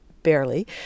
barely